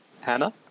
Hannah